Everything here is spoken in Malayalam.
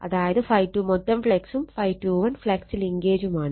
അതായത് ∅2 മൊത്തം ഫ്ളക്സും ∅21 ഫ്ളക്സ് ലിങ്കേജും ആണ്